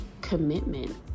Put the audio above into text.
commitment